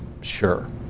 Sure